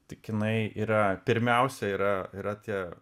tik jinai yra pirmiausia yra yra tie